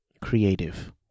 Creative